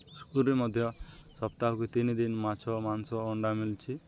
ସ୍କୁଲ୍ରେ ମଧ୍ୟ ସପ୍ତାହକୁ ତିନି ଦିନ ମାଛ ମାଂସ ଅଣ୍ଡା ମିଳୁଛିି